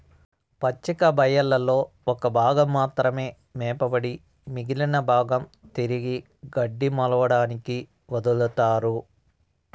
పచ్చిక బయళ్లలో ఒక భాగం మాత్రమే మేపబడి మిగిలిన భాగం తిరిగి గడ్డి మొలవడానికి వదులుతారు